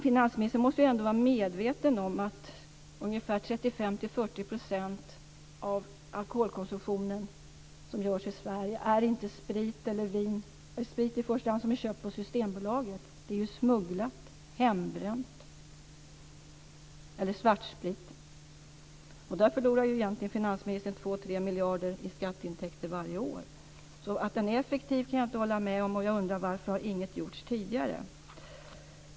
Finansministern måste ju ändå vara medveten om att 35-40 % av den alkohol som konsumeras i Sverige är inte i första hand sprit som är köpt på Systembolaget. Det är ju smuggelsprit, hembränt eller svartsprit. Där förlorar ju finansministern 2-3 miljarder kronor i skatteintäkter varje år. Att alkoholpolitiken är effektiv kan jag alltså inte hålla med om. Och jag undrar varför ingenting har gjorts tidigare.